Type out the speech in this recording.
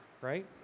right